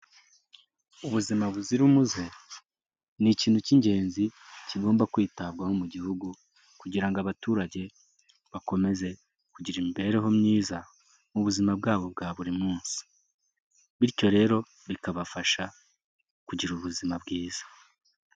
Ubuzima buzira umuze ni ikintu cy'ingenzi kigomba kwitabwaho mu gihugu kugira ngo abaturage bakomeze kugira imibereho myiza mu buzima bwabo bwa buri munsi, bityo rero bikabafasha kugira ubuzima bwiza.